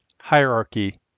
hierarchy